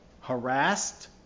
harassed